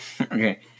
Okay